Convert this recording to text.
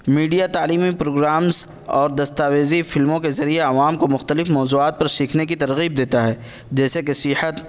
media تعلیمی programmes اور دستاویزی فلموں کے ذریعے عوام کو مختلف موضوعات پر سیکھنے کی ترغیب دیتا ہے جیسے کہ صحت